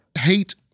hate